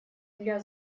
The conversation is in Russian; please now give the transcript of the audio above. для